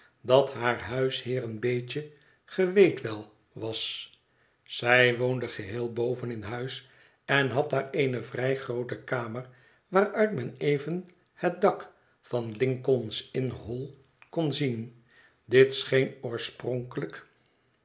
dat haar huisheer een beetje ge weet wel was zij woonde geheel boven in huis en had daar eene vrij groote kamer waaruit men even het dak van lincoln's inn hall kon zien dit scheen